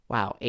Wow